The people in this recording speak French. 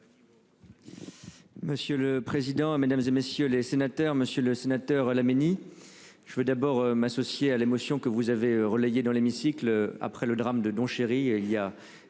Monsieur le président, Mesdames, et messieurs les sénateurs, monsieur le sénateur Laménie. Je veux d'abord m'associer à la motion que vous avez relayée dans l'hémicycle après le drame de Don Cherry. Il y a